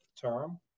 term